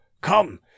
come